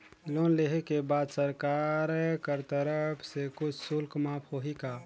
Loan लेहे के बाद सरकार कर तरफ से कुछ शुल्क माफ होही का?